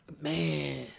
man